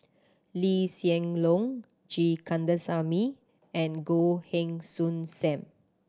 Lee Hsien Loong G Kandasamy and Goh Heng Soon Sam